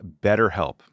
BetterHelp